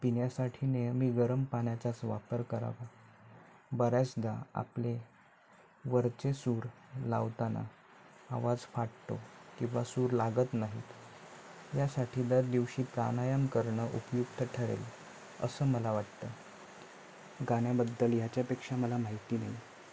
पिण्यासाठी नेहमी गरम पाण्याचाच वापर करावा बऱ्याचदा आपले वरचे सूर लावताना आवाज फाटतो किंवा सूर लागत नाहीत यासाठी दर दिवशी प्राणायाम करणं उपयुक्त ठरेल असं मला वाटतं गाण्याबद्दल याच्यापेक्षा मला माहिती नाही